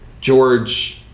george